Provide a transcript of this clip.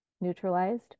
neutralized